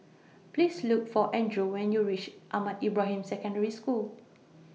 Please Look For An Drew when YOU REACH Ahmad Ibrahim Secondary School